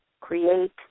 create